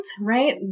right